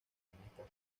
estas